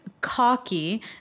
cocky